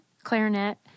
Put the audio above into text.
clarinet